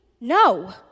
No